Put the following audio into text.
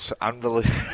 unbelievable